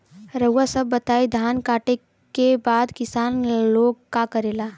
रउआ सभ बताई धान कांटेके बाद किसान लोग का करेला?